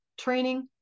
training